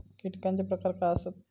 कीटकांचे प्रकार काय आसत?